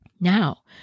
Now